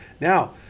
now